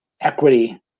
equity